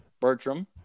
Bertram